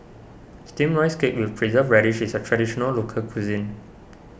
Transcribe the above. Steamed Rice Cake with Preserved Radish is a Traditional Local Cuisine